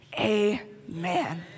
amen